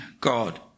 God